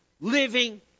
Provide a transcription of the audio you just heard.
living